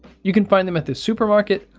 you can find them at the supermarket,